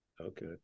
Okay